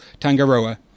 Tangaroa